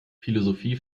philosophie